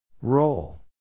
Roll